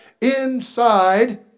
inside